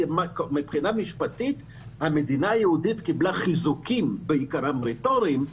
מבחינה משפטית המדינה היהודית קיבלה חיזוקים שהם בעיקרם רטוריים.